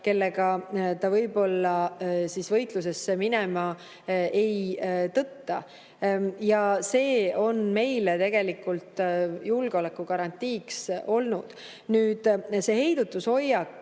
kellega ta võib-olla võitlusesse minema ei tõtta. See on meil tegelikult julgeolekugarantiiks olnud. See heidutushoiak